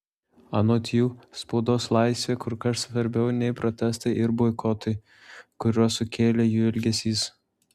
anot jų spaudos laisvė kur kas svarbiau nei protestai ir boikotai kuriuos sukėlė jų elgesys